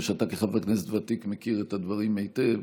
ואתה כחבר כנסת ותיק מכיר את הדברים היטב,